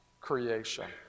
creation